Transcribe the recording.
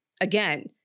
Again